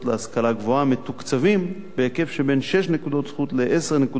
גבוהה מתוקצבים בהיקף שבין 6 נקודות זכות ל-10 נקודות זכות,